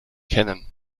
kennen